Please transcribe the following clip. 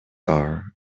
are